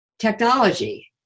technology